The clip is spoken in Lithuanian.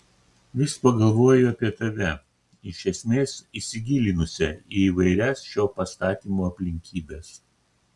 vis pagalvoju apie tave iš esmės įsigilinusią į įvairias šios pastatymo aplinkybes